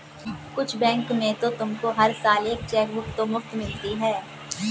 कुछ बैंक में तुमको हर साल एक चेकबुक तो मुफ़्त मिलती है